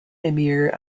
emir